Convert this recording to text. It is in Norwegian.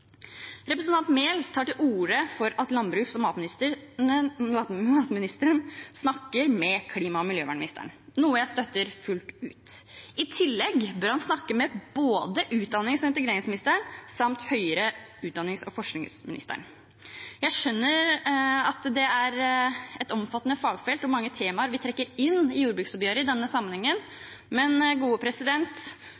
Representanten Enger Mehl tar til orde for at landbruks- og matministeren snakker med klima- og miljøministeren, noe jeg støtter fullt ut. I tillegg bør han snakke med både kunnskaps- og integreringsministeren og forsknings- og høyere utdanningsministeren. Jeg skjønner at det er et omfattende fagfelt og mange temaer vi trekker inn i jordbruksoppgjøret i denne sammenhengen,